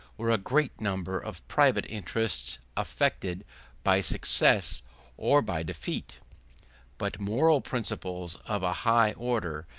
were a great number of private interests affected by success or by defeat but moral principles of a high order,